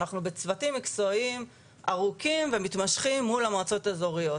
אנחנו בצוותים מקצועיים ארוכים ומתמשכים מול המועצות האזוריות.